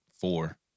four